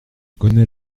connais